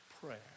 prayer